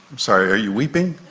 sorry, are you weeping?